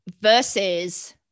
versus